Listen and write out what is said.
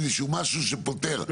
איזשהו משהו שפותר.